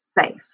safe